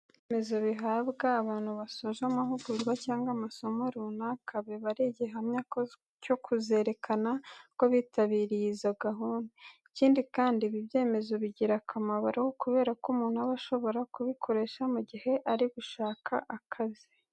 Ibyemezo bihabwa abantu basoje amahugurwa cyangwa se amasomo runaka, biba ari igihamya cyo kuzerekana ko bitabiriye izo gahunda. Ikindi kandi, ibi byemezo bigira akamaro kubera ko umuntu aba ashobora kubikoresha mu gihe ari gushaka akazi.